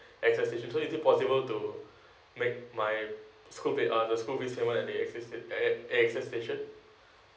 so is it possible to make my school fee uh the school fee same one as the A_X_S A A_X_S station